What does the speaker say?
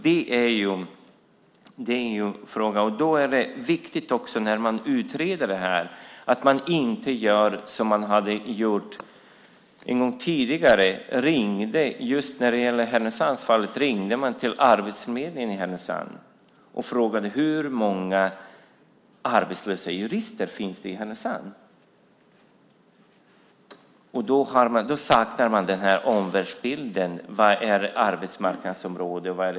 När man utreder det här är det också viktigt att man inte gör som man gjort en gång tidigare. Man ringde till arbetsförmedlingen i Härnösand och frågade hur många arbetslösa jurister det finns i Härnösand. Då saknar man omvärldsbilden. Vad är ett arbetsmarknadsområde?